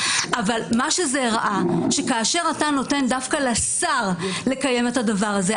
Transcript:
זה הראה שכאשר אתה נותן דווקא לשר לקיים את הדבר הזה,